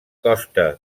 costa